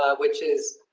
ah which is.